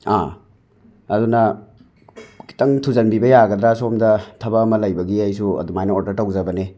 ꯑꯥ ꯑꯗꯨꯅ ꯈꯤꯇꯪ ꯊꯨꯖꯟꯕꯤꯕ ꯌꯥꯒꯗ꯭ꯔꯥ ꯁꯣꯝꯗ ꯊꯕꯛ ꯑꯃ ꯂꯩꯕꯒꯤ ꯑꯩꯁꯨ ꯑꯗꯨꯃꯥꯏꯅ ꯑꯣꯗꯔ ꯇꯧꯖꯕꯅꯦ